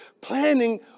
planning